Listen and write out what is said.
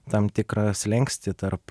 tam tikrą slenkstį tarp